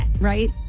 right